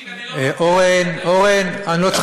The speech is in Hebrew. איציק, אני לא, אורן, אורן, אני לא צריך פרשנות.